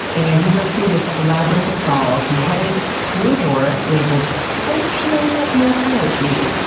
and we went through this labyrinth of halls. we headed through a door labeled functional morphology,